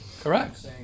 Correct